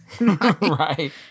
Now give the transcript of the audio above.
Right